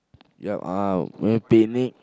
ya uh where picnic